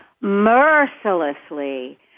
mercilessly